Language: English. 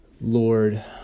Lord